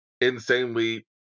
insanely